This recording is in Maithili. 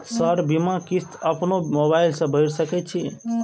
सर बीमा किस्त अपनो मोबाईल से भर सके छी?